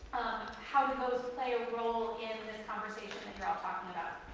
how did those play a role in this conversation that you're all talking about?